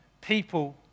people